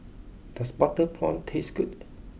does Butter Prawn taste good